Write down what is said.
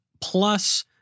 plus